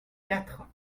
quatre